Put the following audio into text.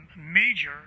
major